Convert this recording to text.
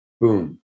boom